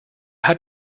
hat